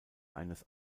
eines